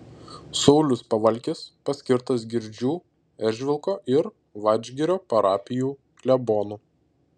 saulius pavalkis paskirtas girdžių eržvilko ir vadžgirio parapijų klebonu